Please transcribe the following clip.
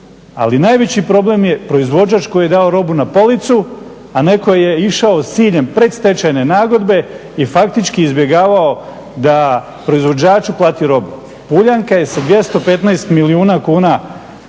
najveći problem je proizvođač koji je dao robu na policu, a ne koji je išao s ciljem predstečajne nagodbe i faktički izbjegavao da proizvođaču plati robu. Puljanka je sa 215 milijuna kuna